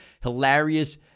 hilarious